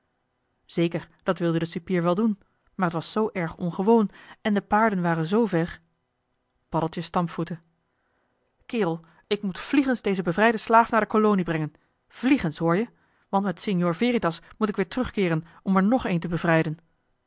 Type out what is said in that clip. zeker dat wilde de cipier wel doen maar t was zoo erg ongewoon en de paarden waren zoo ver paddeltje stampvoette kerel ik moet vliegens dezen bevrijden slaaf naar de kolonie brengen vliegens hoor je want met signor veritas moet ik weer terugkeeren om er nog een te bevrijden